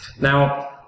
Now